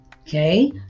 okay